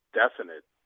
definite